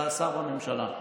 אתה השר בממשלה,